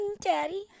Daddy